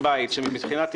מיותר, מיותר.